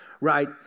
Right